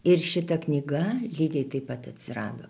ir šita knyga lygiai taip pat atsirado